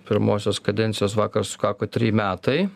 pirmosios kadencijos vakar sukako treji metai